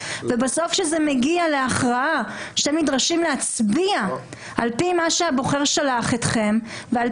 ובסוף כשזה מגיע להכרעה שנדרשים להצביע על פי מה שהבוחר שלח אתכם ועל